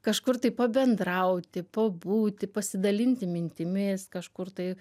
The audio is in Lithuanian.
kažkur tai pabendrauti pabūti pasidalinti mintimis kažkur tai